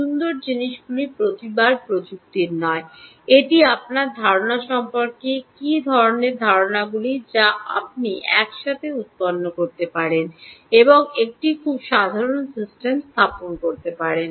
সুন্দর জিনিসগুলি প্রতিবার প্রযুক্তির নয় এটি আপনার ধারণা সম্পর্কে কী ধরণের ধারণাগুলি যা আপনি একসাথে উত্পন্ন করতে পারেন এবং একটি খুব সাধারণ সিস্টেম স্থাপন করতে পারেন